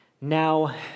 Now